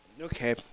Okay